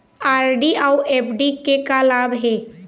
RD अऊ FD के का लाभ हे?